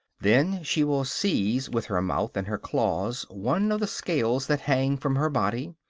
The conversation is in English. then, she will seize with her mouth and her claws one of the scales that hang from her body,